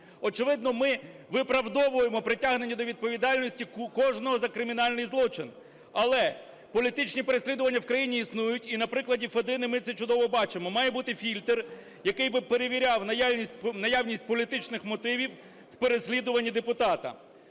Очевидно, ми виправдовуємо притягнення до відповідальності кожного за кримінальний злочин. Але політичні переслідування в Україні існують і на прикладі Федини ми це чудово бачимо. Має бути фільтр, який би перевіряв наявність політичних мотивів в переслідуванні депутата.